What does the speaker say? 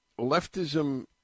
leftism